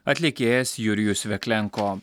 atlikėjas jurijus veklenko